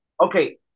Okay